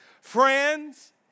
Friends